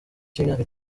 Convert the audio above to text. cy’imyaka